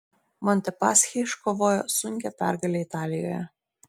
montepaschi iškovojo sunkią pergalę italijoje